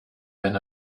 been